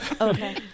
Okay